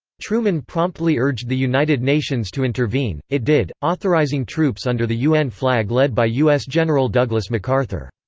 truman promptly urged the united nations to intervene it did, authorizing troops under the un flag led by u s. general douglas macarthur.